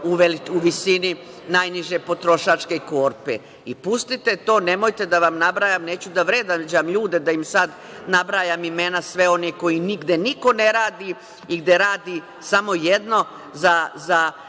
u visini najniže potrošačke korpe. Pustite to. Nemojte da vam nabrajam, neću da vređam ljude, da im sada nabrajam imena svih onih koji nigde niko ne radi i gde radi samo jedno za